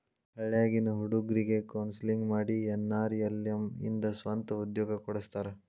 ಹಳ್ಳ್ಯಾಗಿನ್ ಹುಡುಗ್ರಿಗೆ ಕೋನ್ಸೆಲ್ಲಿಂಗ್ ಮಾಡಿ ಎನ್.ಆರ್.ಎಲ್.ಎಂ ಇಂದ ಸ್ವಂತ ಉದ್ಯೋಗ ಕೊಡಸ್ತಾರ